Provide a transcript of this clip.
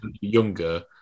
younger